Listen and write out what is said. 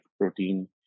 protein